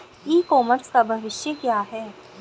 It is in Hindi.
ई कॉमर्स का भविष्य क्या है?